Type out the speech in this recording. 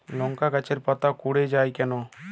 লংকা গাছের পাতা কুকড়ে যায় কেনো?